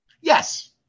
Yes